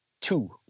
two